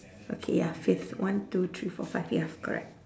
okay ya fifth one two three four five ya correct